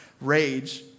rage